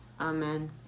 Amen